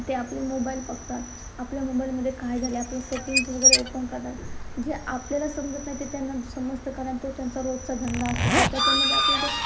ते आपले मोबाईल बघतात आपल्या मोबाईलमध्ये काय झाले आपले सेटिंग्ज वगैरे ओपन करतात जे आपल्याला समजत नाही ते त्यांना समजतं कारण तो त्यांचा रोजचा धंदा असतो तर त्याच्यामध्ये आपलं जे